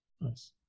Nice